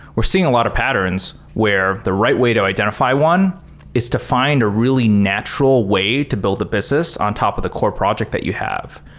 we're seeing a lot of patterns where the right way to identify one is to find a really natural way to build the business on top of the core project that you have.